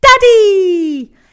Daddy